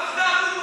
אבל עכשיו,